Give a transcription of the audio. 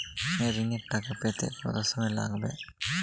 ঋণের টাকা পেতে কত সময় লাগবে?